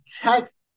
text